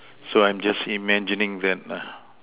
so I'm just imaging that lah